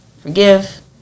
Forgive